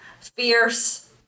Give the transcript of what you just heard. fierce